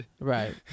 Right